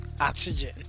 oxygen